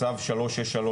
צו 363,